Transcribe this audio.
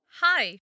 Hi